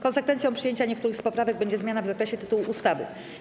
Konsekwencją przyjęcia niektórych poprawek będzie zmiana w zakresie tytułu ustawy.